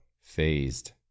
phased